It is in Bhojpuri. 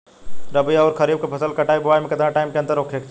रबी आउर खरीफ फसल के कटाई और बोआई मे केतना टाइम के अंतर होखे के चाही?